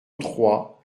trois